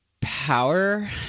power